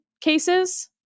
cases